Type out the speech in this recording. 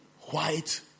white